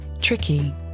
Tricky